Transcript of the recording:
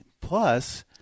Plus